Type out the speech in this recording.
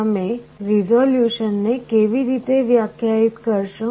તમે રિઝોલ્યુશન ને કેવી રીતે વ્યાખ્યાયિત કરશો